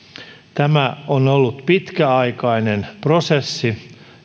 tämä on ollut pitkäaikainen prosessi